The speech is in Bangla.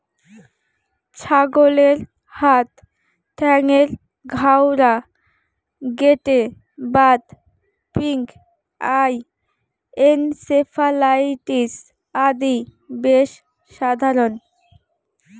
ছাগলের হাত ঠ্যাঙ্গের ঘাউয়া, গেটে বাত, পিঙ্ক আই, এনসেফালাইটিস আদি বেশ সাধারণ